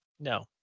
No